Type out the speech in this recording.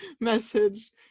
message